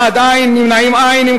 בעד, אין, נמנעים, אין.